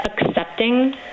accepting